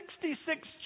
Sixty-six